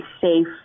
safe